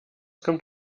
kommt